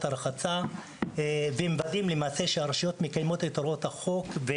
הרחצה ומוודאים שהרשויות מקיימות את הוראות החוק.